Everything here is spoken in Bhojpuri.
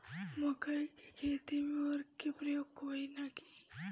मकई के खेती में उर्वरक के प्रयोग होई की ना?